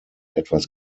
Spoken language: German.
etwas